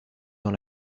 dans